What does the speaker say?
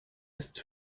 ist